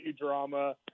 drama